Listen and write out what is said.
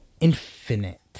Infinite